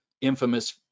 infamous